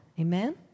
Amen